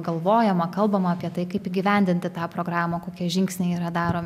galvojama kalbama apie tai kaip įgyvendinti tą programą kokie žingsniai yra daromi